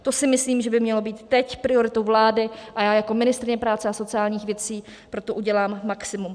To si myslím, že by mělo být teď prioritou vlády, a já jako ministryně práce a sociálních věcí pro to udělám maximum.